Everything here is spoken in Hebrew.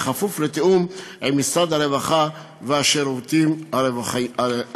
כפוף לתיאום עם משרד הרווחה ושירותי הרווחה.